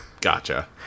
Gotcha